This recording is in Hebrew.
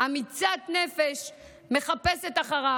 אמיצת נפש מחפשת אחריו.